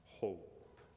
hope